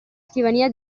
scrivania